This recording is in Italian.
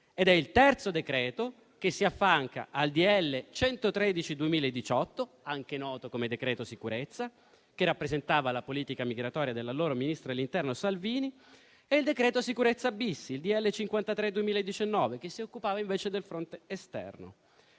ed è il terzo provvedimento che si affianca al n. 113 del 2018, anche noto come decreto-legge sicurezza - che rappresentava la politica migratoria dell'allora ministro dell'interno Salvini - e al decreto sicurezza-*bis*, il n. 53 del 2019, che si occupava invece del fronte esterno.